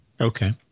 Okay